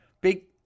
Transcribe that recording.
big